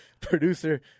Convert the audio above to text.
producer